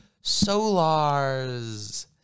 solars